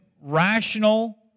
rational